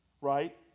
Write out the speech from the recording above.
right